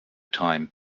time